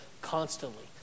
constantly